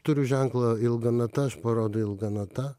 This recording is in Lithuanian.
turiu ženklą ilga nata aš parodau ilga nata